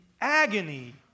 agony